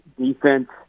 defense